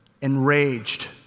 Enraged